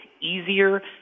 easier